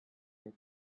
get